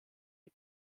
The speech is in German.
die